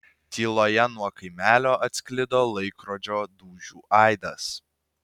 tyloje nuo kaimelio atsklido laikrodžio dūžių aidas